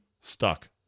stuck